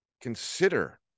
consider